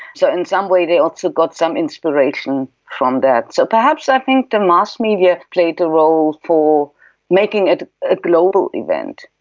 so in some way they also got some inspiration from that. so perhaps i think the mass media played a role for making it a global event.